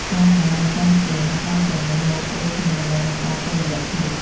កងដៃនិងកងជើងច្រើនតែមានម៉ូដដូចគ្នាដើម្បីបង្កើតតុល្យភាព។